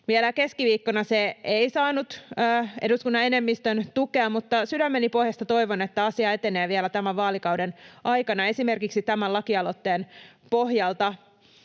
Vielä keskiviikkona se ei saanut eduskunnan enemmistön tukea, mutta sydämeni pohjasta toivon, että asia etenee vielä tämän vaalikauden aikana esimerkiksi tämän lakialoitteen pohjalta.